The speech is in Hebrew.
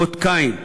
אות קין,